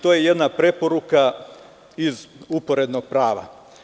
To je jedna preporuka iz uporednog prava.